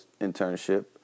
internship